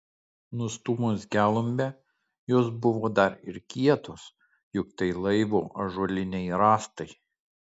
nustūmus gelumbę jos buvo dar ir kietos juk tai laivo ąžuoliniai rąstai